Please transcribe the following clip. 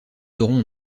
auront